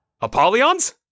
Apollyon's